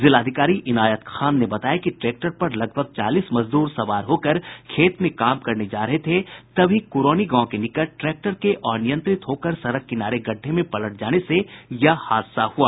जिलाधिकारी इनायत खान ने बताया कि ट्रैक्टर पर लगभग चालीस मजदूर सवार होकर खेत में काम करने जा रहे थे तभी कुरौनी गांव के निकट ट्रैक्टर के अनियंत्रित होकर सड़क किनारे गड्ढे में पलट जाने से यह हादसा हुआ